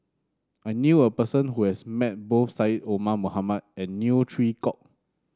I knew a person who has met both Syed Omar Mohamed and Neo Chwee Kok